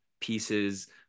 pieces